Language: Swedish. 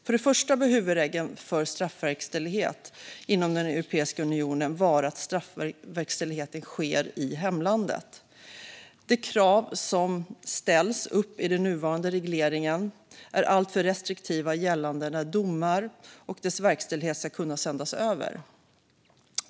För det första bör huvudregeln för straffverkställighet inom Europeiska unionen vara att verkställighet sker i hemlandet. De krav som ställs i den nuvarande regleringen är alltför restriktiva gällande när verkställighet av domar kan sändas över.